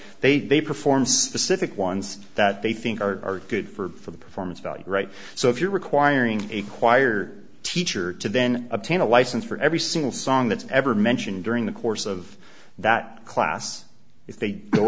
they perform specific ones that they think are good for the performance value right so if you're requiring a choir teacher to then obtain a license for every single song that's ever mentioned during the course of that class if they go